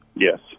Yes